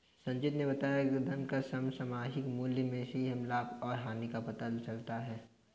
संजीत ने बताया धन का समसामयिक मूल्य से ही हमें लाभ और हानि का पता चलता है